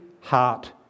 heart